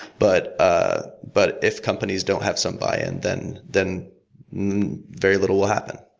but ah but if companies don't have some buy-in, then then very little will happen.